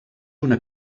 una